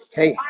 hey